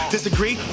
disagree